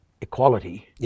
equality